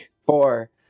Four